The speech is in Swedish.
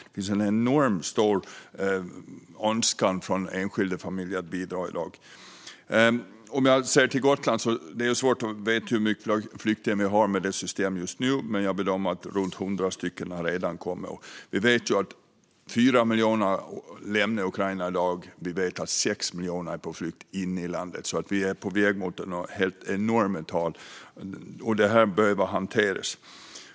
Det finns en enormt stor önskan från enskilda familjer att bidra i dag. Det är svårt att veta hur många flyktingar vi har i systemet just nu. Jag bedömer att runt 100 redan har kommit till Gotland. Vi vet att 4 miljoner har lämnat Ukraina och att 6 miljoner är på flykt inne i landet, så vi är på väg mot helt enorma tal. Det här behöver hanteras.